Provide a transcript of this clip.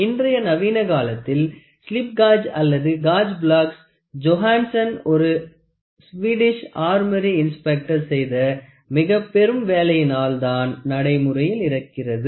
இன்றைய நவீன காலத்தில் ஸ்லிப் காஜ் அல்லது காஜ் பிளாக்ஸ் ஜோஹான்சன் ஒரு ஸ்வீடிஷ் ஆர்மொரி இன்ஸ்பெக்டர் செய்த மிகப்பெரும் வேலையினாள் தான் நடைமுறையில் இருக்கிறது